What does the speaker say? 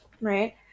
right